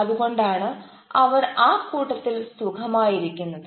അതുകൊണ്ടാണ് അവർ ആ കൂട്ടത്തിൽ സുഖമായിരിക്കുന്നത്